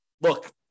look